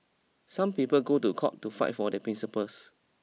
some people go to court to fight for their principles